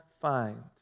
find